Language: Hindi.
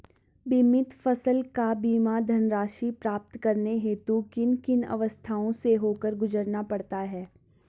बीमित फसल का बीमा धनराशि प्राप्त करने हेतु किन किन अवस्थाओं से होकर गुजरना पड़ता है?